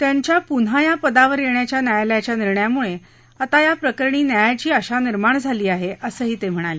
त्यांच्या पुन्हा या पदावर येण्याच्या न्यायालयाच्या निर्णयामुळे आता या प्रकरणी न्यायाची आशा निर्माण झाली आहे असंही त्यांनी सांगितलं